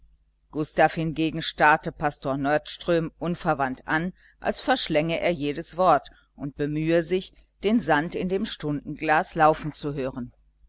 gustav hingegen starrte pastor nordström unverwandt an als verschlänge er jedes wort und bemühe sich den sand in dem stundenglas laufen zu hören